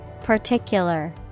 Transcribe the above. Particular